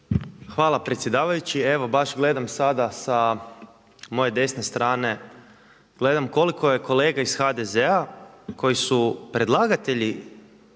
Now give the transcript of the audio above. Hvala predsjedavajući. Evo baš gledam sada sa moje desne strane gledam koliko je kolega iz HDZ-a koji su predlagatelji